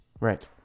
Right